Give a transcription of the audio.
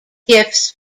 gifts